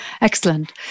excellent